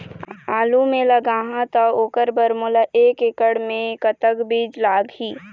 आलू मे लगाहा त ओकर बर मोला एक एकड़ खेत मे कतक बीज लाग ही?